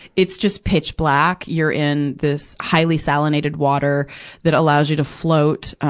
it's just pitch black. you're in this highly salinated water that allows you to float,